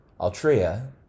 Altria